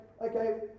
okay